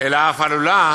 אלא אף עלולה,